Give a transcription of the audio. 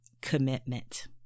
Commitment